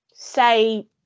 say